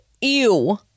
ew